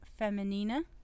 Feminina